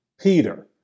Peter